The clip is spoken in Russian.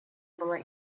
было